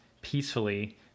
peacefully